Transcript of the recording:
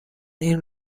این